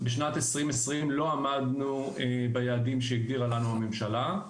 שנת 2020 לא עמדנו ביעדים שהגדירה לנו הממשלה.